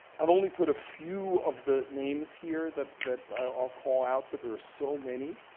i've only put a few of the names here that that i'll call out, but there were so many.